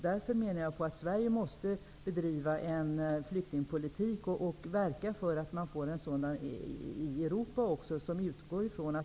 Därför menar jag att Sverige måste bedriva en flyktingpolitik som är generös och human och verka för att man får en sådan också i Europa.